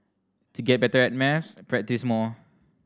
to get better at maths practise more